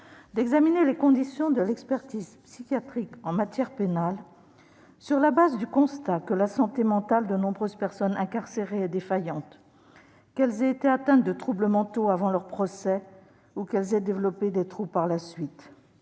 d'examiner les conditions de l'expertise psychiatrique en matière pénale sur la base du constat que la santé mentale de nombreuses personnes incarcérées est défaillante, que ces dernières aient été atteintes de troubles mentaux avant leur procès ou qu'elles en aient développé par la suite.